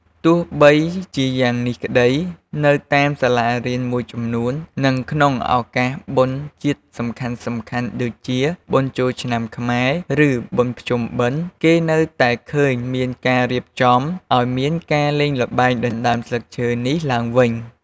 ទោះបីជាយ៉ាងនេះក្តី នៅតាមសាលារៀនមួយចំនួន និងក្នុងឱកាសបុណ្យជាតិសំខាន់ៗដូចជា បុណ្យចូលឆ្នាំខ្មែរ ឬបុណ្យភ្ជុំបិណ្ឌ គេនៅតែឃើញមានការរៀបចំឱ្យមានការលេងល្បែងដណ្ដើមស្លឹកឈើនេះឡើងវិញ។